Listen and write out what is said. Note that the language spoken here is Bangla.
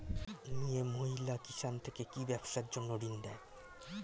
মিয়ে মহিলা কিষান থেকে কি ব্যবসার জন্য ঋন দেয়?